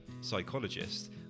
psychologist